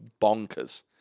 bonkers